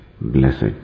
blessed